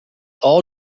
all